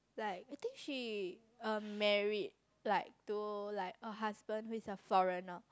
like I think she um married like to like her husband who is a foreigner